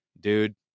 dude